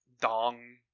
Dong